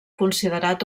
considerat